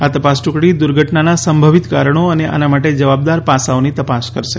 આ તપાસ ટૂકડી દુર્ઘટનાના સંભવિત કારણો અને આના માટે જવાબદાર પાયાઓની તપાસ કરશે